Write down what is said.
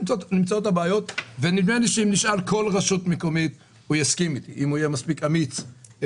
נדמה לי שאם נשאל כל רשות מקומית הם יסכימו איתי אם יהיו מספיק אמיצים.